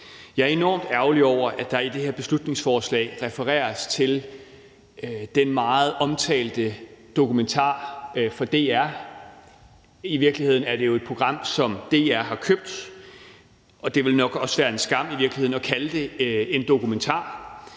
Jeg er enormt ærgerlig over, at der i det her beslutningsforslag refereres til den meget omtalte dokumentar fra DR. I virkeligheden er det jo et program, som DR har købt, og det ville i virkeligheden nok også være en skam at kalde det en dokumentar;